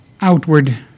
outward